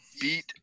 beat